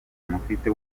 mufite